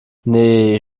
nee